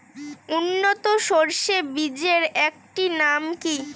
উন্নত সরষে বীজের একটি নাম কি?